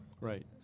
Right